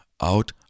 out